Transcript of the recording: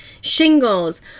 Shingles